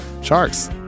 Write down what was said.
Sharks